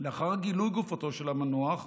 לאחר גילוי גופתו של המנוח,